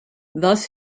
thus